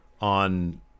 on